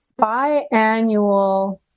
biannual